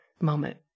moment